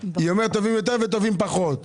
היא אומרת טובים יותר וטובים פחות.